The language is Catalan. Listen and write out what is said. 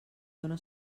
dóna